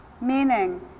meaning